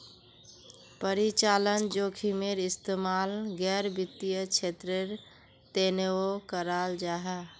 परिचालन जोखिमेर इस्तेमाल गैर वित्तिय क्षेत्रेर तनेओ कराल जाहा